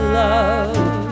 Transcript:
love